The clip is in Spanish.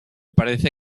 parece